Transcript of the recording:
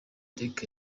drake